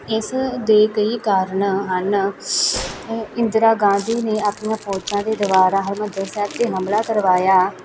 ਇਸ ਦੇ ਕਈ ਕਾਰਨ ਹਨ ਇੰਦਰਾ ਗਾਂਧੀ ਨੇ ਆਪਣੀਆਂ ਫੌਜਾਂ ਦੇ ਦੁਆਰਾ ਹਰਿਮੰਦਰ ਸਾਹਿਬ 'ਤੇ ਹਮਲਾ ਕਰਵਾਇਆ